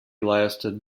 lasted